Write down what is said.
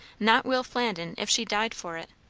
not will flandin, if she died for it.